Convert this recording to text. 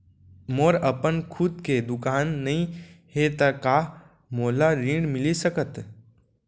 मोर अपन खुद के दुकान नई हे त का मोला ऋण मिलिस सकत?